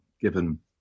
given